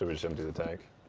we so empty the tank?